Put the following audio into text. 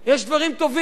יש דברים טובים,